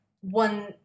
one